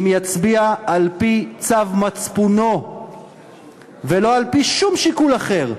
אם יצביע על-פי צו מצפונו ולא על-פי שום שיקול אחר,